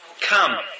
come